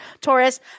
Taurus